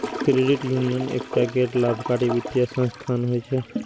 credit union एकटा गैर लाभकारी वित्तीय संस्थान होइ छै